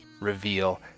reveal